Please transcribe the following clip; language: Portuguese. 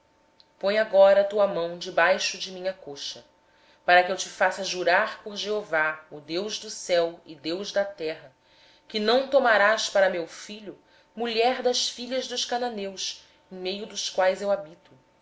põe a tua mão debaixo da minha coxa para que eu te faça jurar pelo senhor deus do céu e da terra que não tomarás para meu filho mulher dentre as filhas dos cananeus no meio dos quais eu habito